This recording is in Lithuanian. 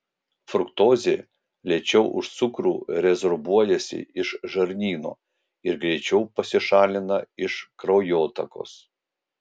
fruktozė lėčiau už cukrų rezorbuojasi iš žarnyno ir greičiau pasišalina iš kraujotakos